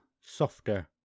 softer